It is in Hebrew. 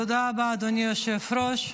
תודה רבה, אדוני היושב-ראש.